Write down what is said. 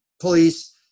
police